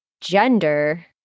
gender